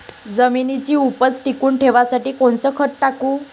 जमिनीची उपज टिकून ठेवासाठी कोनचं खत टाकू?